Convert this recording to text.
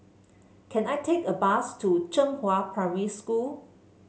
can I take a bus to Zhenghua Primary School